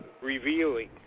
revealing